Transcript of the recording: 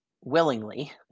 willingly